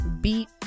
beat